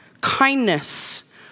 kindness